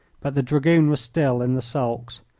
but the dragoon was still in the sulks.